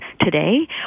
today